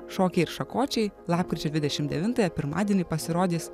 šokiai ir šakočiai lapkričio dvidešim devintąją pirmadienį pasirodys